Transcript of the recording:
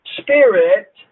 spirit